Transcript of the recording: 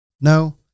No